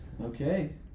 Okay